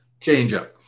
changeup